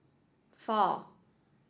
four